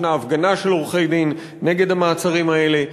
יש הפגנה של עורכי-דין נגד המעצרים האלה.